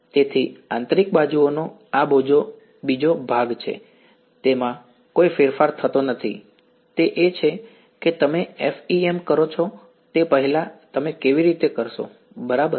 તેથી આંતરિક બાજુઓનો આ બીજો ભાગ છે તેમાં કોઈ ફેરફાર થતો નથી તે એ છે કે તમે FEM કરો છો તે પહેલાં તમે કેવી રીતે કરશો બરાબર